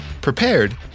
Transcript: prepared